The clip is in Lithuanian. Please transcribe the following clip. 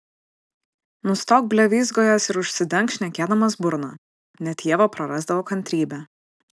nustok blevyzgojęs ir užsidenk šnekėdamas burną net ieva prarasdavo kantrybę